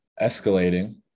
escalating